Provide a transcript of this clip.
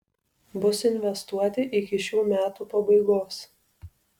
bus investuoti iki šių metų pabaigos